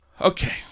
Okay